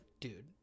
dude